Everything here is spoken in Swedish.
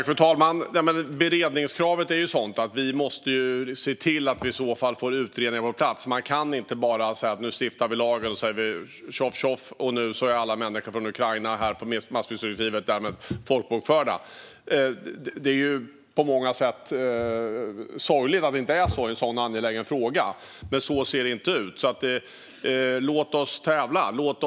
Fru talman! Beredningskravet innebär att vi måste se till att i så fall få utredningar på plats. Man kan inte bara stifta en lag och så är alla människor från Ukraina som är här enligt massflyktsdirektivet folkbokförda. Det är på många sätt sorgligt när det gäller en så angelägen fråga, men så ser det ut. Så låt oss tävla!